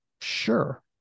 sure